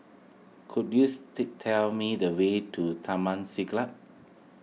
could you tell me the way to Taman Siglap